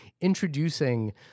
introducing